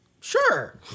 Sure